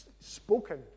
spoken